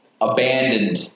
abandoned